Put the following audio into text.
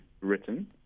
written